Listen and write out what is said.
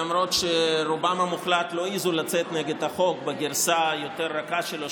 למרות שרובם המוחלט לא העזו לצאת נגד החוק בגרסה היותר-רכה שלו,